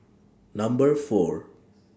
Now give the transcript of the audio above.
Number four